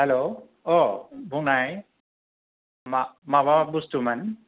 हेल' बुंनाय मा माबा बुसथु मोन